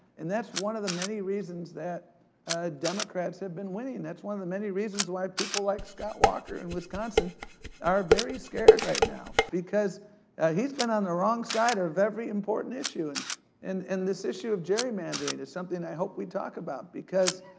and that's one of the many reason that democrats have been winning. and that's one of the many reasons why people like scott walker in wisconsin are very scared right now. because he's been on the wrong side of every important issue and and and this issue of gerrymandering, is something i hope we talk about. because,